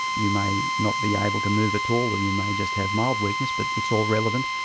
you may not be able to move at all or you may just have mild weakness but it's all relevant,